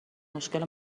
مشکل